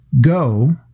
go